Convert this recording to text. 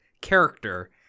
character